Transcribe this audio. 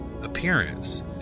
appearance